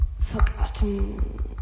forgotten